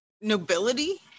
nobility